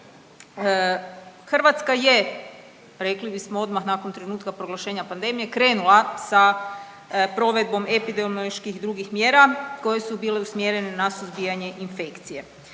Hrvatska je rekli bismo odmah nakon trenutka proglašenja pandemije, krenula sa provedbom epidemioloških i drugih mjera koje su bile usmjerene na suzbijanje infekcije